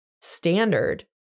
standard